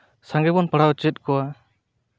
ᱥᱟᱸᱜᱮ ᱵᱚᱱ ᱯᱟᱲᱦᱟᱣ ᱦᱚᱪᱚᱭᱮᱫ ᱠᱚᱣᱟ